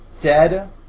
dead